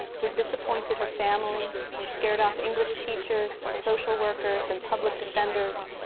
who disappointed her family and scared off english teachers, and social workers, and public defenders,